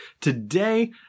Today